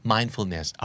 Mindfulness